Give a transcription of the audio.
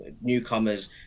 newcomers